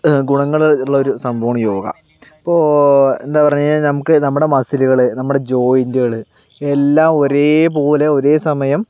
ഗുണങ്ങള് ഉള്ള ഒരു സംഭവമാണ് യോഗ ഇപ്പോൾ എന്താ പറഞ്ഞ് കഴിഞ്ഞാല് നമുക്ക് നമ്മുടെ മസ്സിലുകള് നമ്മുടെ ജോയിൻറുകള് എല്ലാം ഒരേപോല ഒരേ സമയം